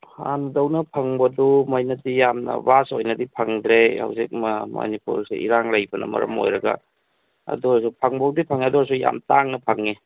ꯍꯥꯟꯅꯗꯧꯅ ꯐꯪꯕꯗꯣ ꯑꯗꯨꯃꯥꯏꯅꯗꯤ ꯌꯥꯝꯅ ꯚꯥꯁ ꯑꯣꯏꯅꯗꯤ ꯐꯪꯗ꯭ꯔꯦ ꯍꯧꯖꯤꯛ ꯃꯅꯤꯄꯨꯔꯁꯤ ꯏꯔꯥꯡ ꯂꯩꯕꯅ ꯃꯔꯝ ꯑꯣꯏꯔꯒ ꯑꯗꯨ ꯑꯣꯏꯔꯁꯨ ꯐꯪꯕꯕꯨꯗꯤ ꯐꯪꯉꯦ ꯑꯗꯨ ꯑꯣꯏꯔꯁꯨ ꯌꯥꯝ ꯇꯥꯡꯅ ꯐꯪꯉꯦ